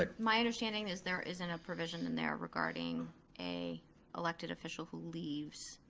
my understanding is there isn't a provision in there regarding a elected official who leaves.